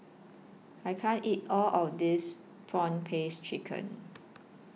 I can't eat All of This Prawn Paste Chicken